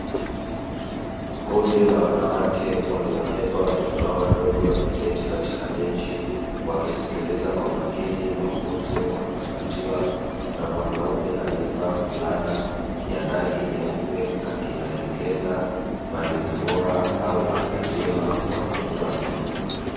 Kundi la wanawake waliowabeba watoto wao wadogo wameketi katika benchi wakisikiliza kwa makini mafunzo wanayopatiwa na mwanaume aliyevaa fulana ya rangi nyeupe, akiwaelekeza malezi bora au afya njema kwa watoto wadogo.